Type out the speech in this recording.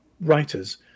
writers